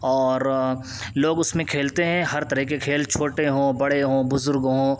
اور لوگ اس میں کھیلتے ہیں ہر طرح کے کھیل چھوٹے ہوں بڑے ہوں بزرگ ہوں